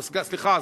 סליחה,